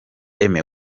aime